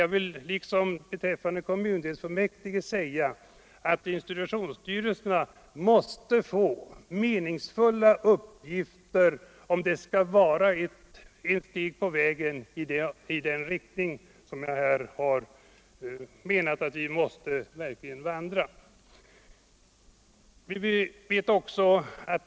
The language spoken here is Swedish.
Jag vill liksom beträffande kommundelsfullmäktige säga att institutionsstyrelserna måste få meningsfulla uppgifter, om de skall kunna bidra till en sådan utveckling som jag menar att vi måste främja.